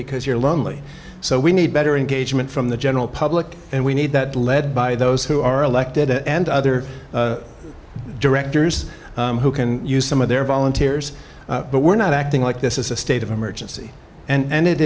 because you're lonely so we need better engagement from the general public and we need that led by those who are elected and other directors who can use some of their volunteers but we're not acting like this is a state of emergency and